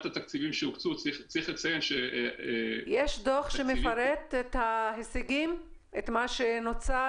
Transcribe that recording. יש דוח שמפרט את מה שנוצל,